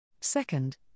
Second